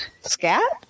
scat